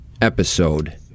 episode